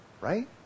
Right